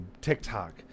TikTok